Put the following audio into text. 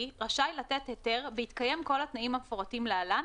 רשאי לתת היתר בהתקיים כל התנאים המפורטים להלן,